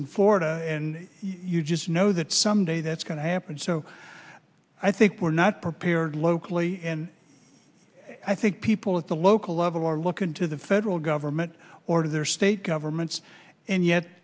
in florida and you just know that someday that's going to happen so i think we're not prepared locally and i think people at the local level are looking to the federal government or to their state governments and yet